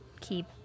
keep